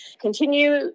continue